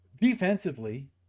defensively